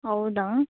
ಹೌದಾ